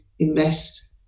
invest